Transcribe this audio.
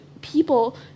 people